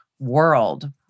World